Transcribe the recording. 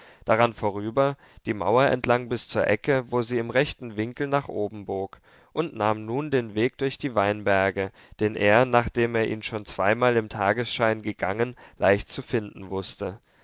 daran vorüber die mauer entlang bis zu der ecke wo sie im rechten winkel nach oben bog und nahm nun den weg durch die weinberge den er nachdem er ihn schon zweimal im tagesschein gegangen leicht zu finden wußte